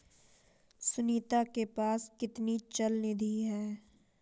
सुनीता के पास कितनी चल निधि है?